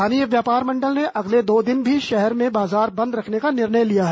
स्थानीय व्यापार मंडल ने अगले दो दिन भी शहर में बाजार बंद रखने का निर्णय लिया है